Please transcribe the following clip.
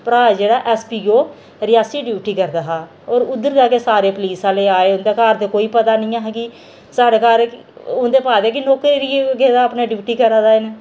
भ्राऽ जेह्ड़ा S P O Reasi duty करदा हा होर उद्धर दा गै सारी पुलिस आहले आए उं'दे घर ते कोई पता नेईं हा कि साढ़े घर उं'दे भाह् दी कि नौकरी गेदा अपनी ड्यूटी करा दे न